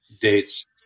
dates